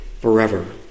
forever